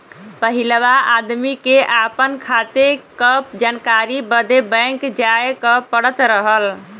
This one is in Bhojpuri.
पहिलवा आदमी के आपन खाते क जानकारी बदे बैंक जाए क पड़त रहल